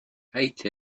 ate